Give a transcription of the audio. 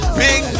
big